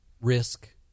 risk